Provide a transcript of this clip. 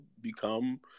become